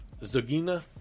Zagina